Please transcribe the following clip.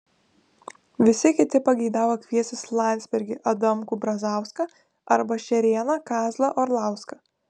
visi kiti pageidavo kviestis landsbergį adamkų brazauską arba šerėną kazlą orlauską